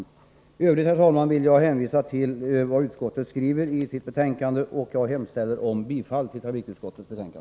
I övrigt, herr talman, vill jag hänvisa till vad utskottet skrivit i sitt betänkande. Jag hemställer om bifall till trafikutskottets hemställan.